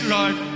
Lord